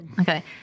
Okay